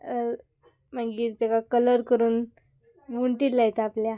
मागीर ताका कलर करून वंटील लायता आपल्या